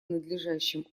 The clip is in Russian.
надлежащим